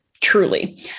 Truly